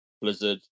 Blizzard